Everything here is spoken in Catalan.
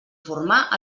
formar